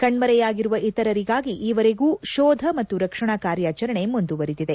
ಕಣ್ಮರೆಯಾಗಿರುವ ಇತರರಿಗಾಗಿ ಈವರೆಗೂ ಶೋಧ ಮತ್ತು ರಕ್ಷಣಾ ಕಾರ್ಯಾಚರಣೆ ಮುಂದುವರಿದಿದೆ